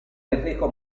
enrico